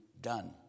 done